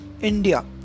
India